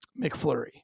mcflurry